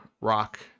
rock